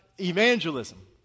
evangelism